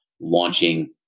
launching